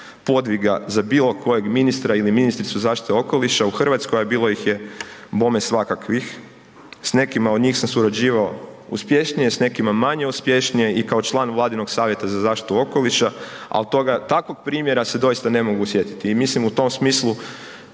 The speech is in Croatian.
podviga za bilo kojeg ministra ili ministricu zaštite okoliša u RH, a bilo ih je bome svakakvih. S nekima od njih sam surađivao uspješnije, s nekima manje uspješnije i kao član vladinog savjeta za zaštitu okoliša, al toga, takvog primjera se doista ne mogu sjetiti i mislim u tom smislu